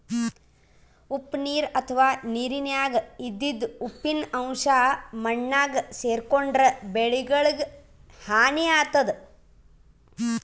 ಉಪ್ಪ್ ನೀರ್ ಅಥವಾ ನೀರಿನ್ಯಾಗ ಇದ್ದಿದ್ ಉಪ್ಪಿನ್ ಅಂಶಾ ಮಣ್ಣಾಗ್ ಸೇರ್ಕೊಂಡ್ರ್ ಬೆಳಿಗಳಿಗ್ ಹಾನಿ ಆತದ್